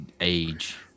age